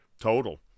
Total